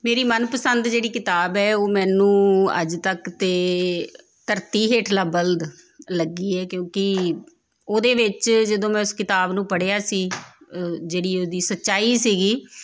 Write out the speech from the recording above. ਮੇਰੀ ਮਨਪਸੰਦ ਜਿਹੜੀ ਕਿਤਾਬ ਹੈ ਉਹ ਮੈਨੂੰ ਅੱਜ ਤੱਕ ਤਾਂ ਧਰਤੀ ਹੇਠਲਾ ਬਲਦ ਲੱਗੀ ਹੈ ਕਿਉਂਕਿ ਉਹਦੇ ਵਿੱਚ ਜਦੋਂ ਮੈਂ ਉਸ ਕਿਤਾਬ ਨੂੰ ਪੜ੍ਹਿਆ ਸੀ ਜਿਹੜੀ ਉਹਦੀ ਸੱਚਾਈ ਸੀਗੀ